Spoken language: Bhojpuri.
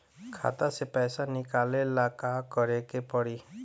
खाता से पैसा निकाले ला का करे के पड़ी?